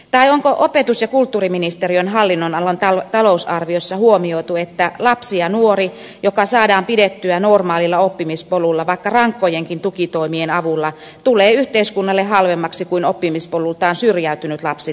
tai onko opetus ja kulttuuriministeriön hallinnonalan talousarviossa huomioitu että lapsi tai nuori joka saadaan pidettyä normaalilla oppimispolulla vaikka rankkojenkin tukitoimien avulla tulee yhteiskunnalle halvemmaksi kuin oppimispolultaan syrjäytynyt lapsi tai nuori